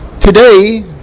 Today